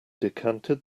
decanted